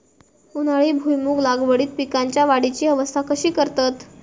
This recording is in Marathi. उन्हाळी भुईमूग लागवडीत पीकांच्या वाढीची अवस्था कशी करतत?